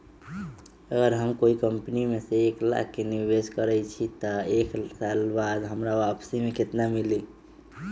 अगर हम कोई कंपनी में एक लाख के निवेस करईछी त एक साल बाद हमरा वापसी में केतना मिली?